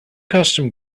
custom